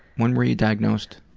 when were you diagnosed?